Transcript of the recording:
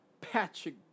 Patrick